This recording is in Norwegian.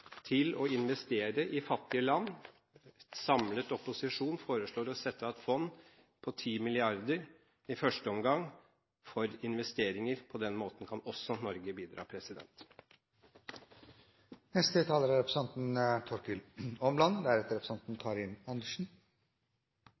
til å investere i fattige land. En samlet opposisjon foreslår å sette av et fond på 10 mrd. kr, i første omgang for investeringer. På den måten kan også Norge bidra.